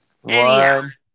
One